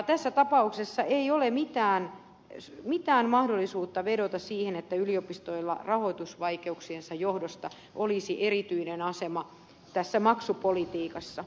tässä tapauksessa ei ole mitään mahdollisuutta vedota siihen että yliopistoilla rahoitusvaikeuksiensa johdosta olisi erityinen asema tässä maksupolitiikassa